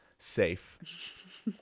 Safe